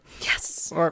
Yes